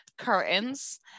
curtains